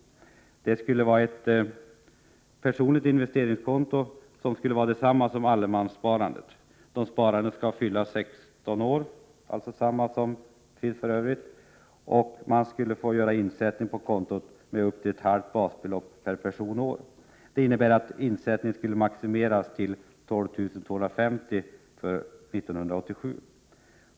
Det skulle vara ett personligt investeringskonto med samma villkor som för allemanssparandet. Insättning på kontot får ske med upp till ett halvt basbelopp per person och år. Det innebär att insättningen skulle maximeras till 12 250 kr. för år 1987.